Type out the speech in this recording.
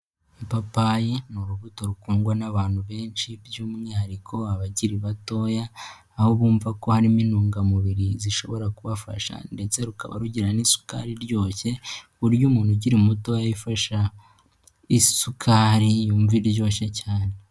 Ipapayi ni urubuto rukundwa n'abantu benshi by'umwihariko abakiri batoya aho bumva ko harimo intungamubiri zishobora kubafasha ndetse rukaba rugi n'isukari iryoshye buryo umuntu ukiri muto yifasha isukari yumva iryoshye cyane.